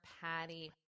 Patty